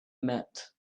met